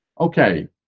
okay